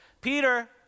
Peter